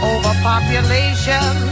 Overpopulation